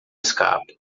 escapa